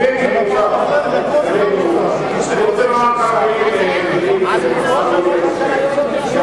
המצב ברגע זה הוא שהממשלה לקחה את החוק הזה, שהוא